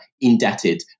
indebted